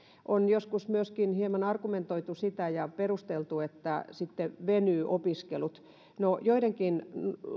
on joskus myöskin hieman argumentoitu ja perusteltu sillä että sitten venyvät opiskelut no joidenkin